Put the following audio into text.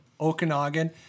Okanagan